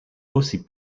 aussi